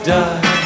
die